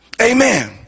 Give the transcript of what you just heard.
Amen